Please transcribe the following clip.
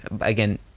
again